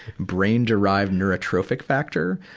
brain-derived neurotrophic factor?